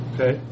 Okay